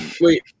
wait